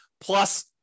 Plus